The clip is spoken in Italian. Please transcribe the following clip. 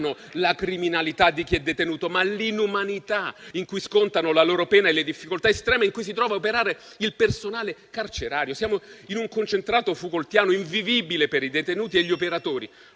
la criminalità di chi è detenuto, ma l'inumanità in cui scontano la loro pena i detenuti e le difficoltà estreme in cui si trova a operare il personale carcerario. Siamo in un concentrato foucaultiano invivibile per i detenuti e gli operatori